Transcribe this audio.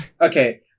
Okay